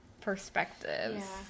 perspectives